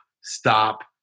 stop